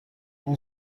اون